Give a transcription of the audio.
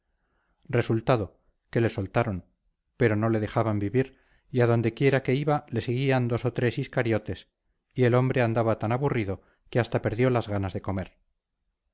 resultado que le soltaron pero no le dejaban vivir y a donde quiera que iba le seguían dos o tres iscariotes y el hombre andaba tan aburrido que hasta perdió las ganas de comer